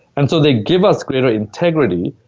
and so they give us greater integrity,